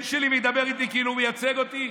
שלי וידבר איתי כאילו הוא מייצג אותי?